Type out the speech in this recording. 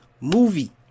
movie